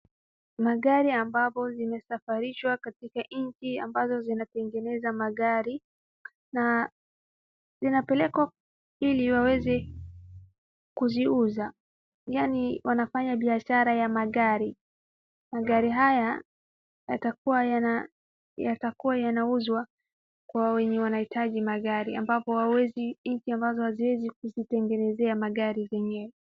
Magari ambazo zimesafirishwa katika nchi zinazotengeneza magari, na zinapelekwa ili waweze kuziuza, yaani wanafanya biashara ya magari, magari haya yatakua yana, yatakuwa yanauzwa kwa wenye wanahitaji magari, ambapo hawawezi, nchi ambazo haziwezi kujitengenezea magari zenyewe.